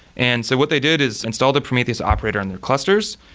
and so what they did is install the prometheus operator on their clusters,